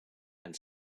and